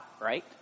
right